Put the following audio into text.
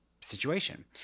situation